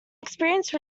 experience